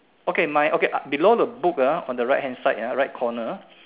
okay my okay below the book ah on the right hand side ah right corner